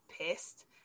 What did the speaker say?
pissed